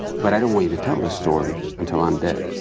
but i don't want you to tell the story, until i'm dead.